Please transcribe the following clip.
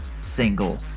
single